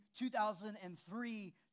2003